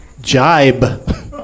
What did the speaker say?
jibe